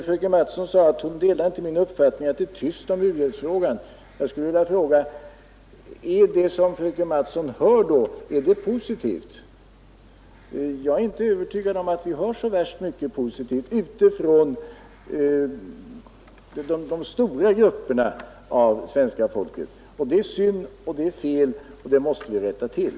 Fröken Mattson sade att hon inte delar min uppfattning att det är tyst om u-hjälpsfrågan. Jag skulle vilja fråga: Är då det som fröken Mattson hör positivt? Jag är inte övertygad om att vi hör så värst mycket positivt ute bland de stora grupperna av svenska folket. Det är synd och det är fel, och det måste vi rätta till.